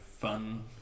fun